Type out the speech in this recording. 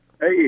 Hey